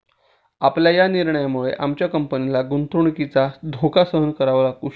आपल्या या निर्णयामुळे आमच्या कंपनीला गुंतवणुकीचा धोका सहन करावा लागू शकतो